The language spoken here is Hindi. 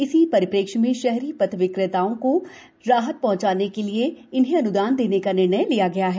इसी परिप्रेक्ष्य में शहरी पथ व्यवसायियों को राहत पहँचाने के लिए इन्हें अन्दान देने का निर्णय लिया गया है